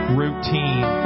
routine